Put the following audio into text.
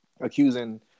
accusing